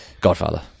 Godfather